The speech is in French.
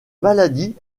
maladie